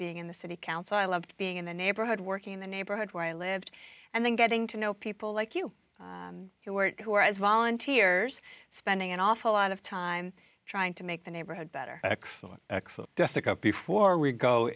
being in the city council i loved being in the neighborhood working in the neighborhood where i lived and then getting to know people like you who are as volunteers spending an awful lot of time trying to make the neighborhood better excellent excellent jessica up before we go